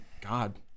God